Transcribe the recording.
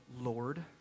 Lord